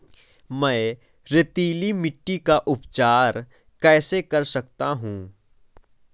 मैं रेतीली मिट्टी का उपचार कैसे कर सकता हूँ?